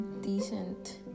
decent